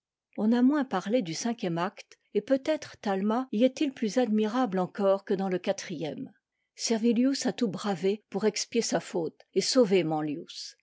on a moins parlé du cinquième acte et peutêtre talma y est-il plus admirable encore que dans le quatrième servilius a tout bravé pour expier sa faute et sauver